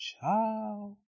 Ciao